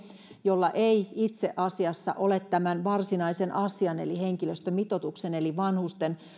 jolla ei itse asiassa ole tämän varsinaisen asian eli henkilöstömitoituksen eli vanhusten